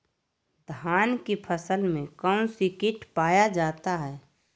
धान की फसल में कौन सी किट पाया जाता है?